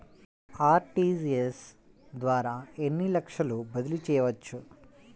RTGS ద్వారా ఎన్ని లక్షలు బదిలీ చేయవచ్చు?